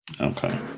okay